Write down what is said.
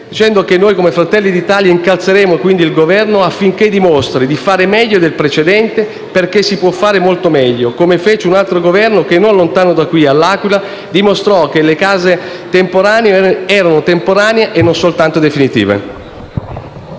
dicendo che noi, come Fratelli d'Italia, incalzeremo il Governo affinché dimostri di fare meglio del precedente, perché si può fare molto meglio, come fece un altro Governo che non lontano da qui, a L'Aquila, dimostrò che le case temporanee erano temporanee e non soltanto definitive.